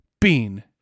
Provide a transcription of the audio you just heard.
bean